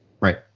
Right